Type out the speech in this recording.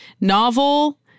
novel